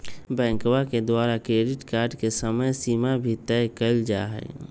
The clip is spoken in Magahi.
बैंकवा के द्वारा क्रेडिट कार्ड के समयसीमा भी तय कइल जाहई